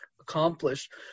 accomplished